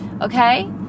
Okay